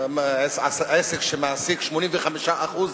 עסק שמעסיק 85% נכים,